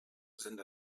sind